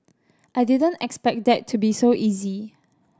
I didn't expect that to be so easy